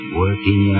working